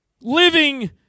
living